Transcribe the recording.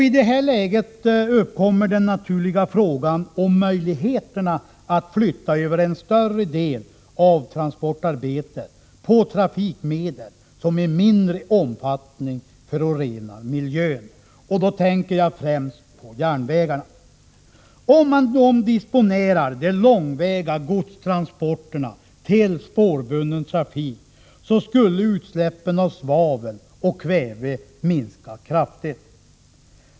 I det läget uppkommer den naturliga frågan om möjligheterna att flytta över en större del av transportarbetet på trafikmedel som i mindre omfattning förorenar miljön — jag tänker då främst på järnvägarna. Om man omdisponerar de långväga godstransporterna till spårbunden trafik, skulle utsläppen av svavel och kväve minska kraftigt.